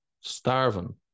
starving